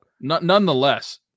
Nonetheless